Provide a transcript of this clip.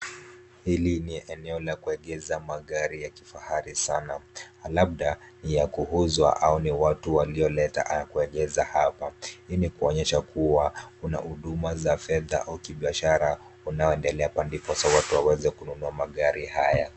Hili ni eneo la kuegeza magari ya kifahari sana, labda ya kuuzwa au ni watu walioleta haya kuegeza hapa. Hii kuonyesha kuwa, kuna huduma za fedha au kibiashara unaoendelea hapa, ndiposa watu waweze kununua magari haya.